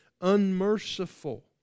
unmerciful